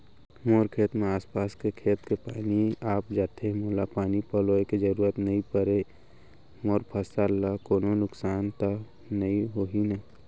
मोर खेत म आसपास के खेत के पानी आप जाथे, मोला पानी पलोय के जरूरत नई परे, मोर फसल ल कोनो नुकसान त नई होही न?